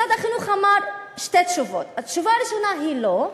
משרד החינוך אמר שתי תשובות: התשובה הראשונה היא לא,